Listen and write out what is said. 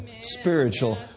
spiritual